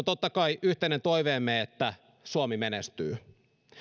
totta kai yhteinen toiveemme että suomi menestyy